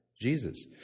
Jesus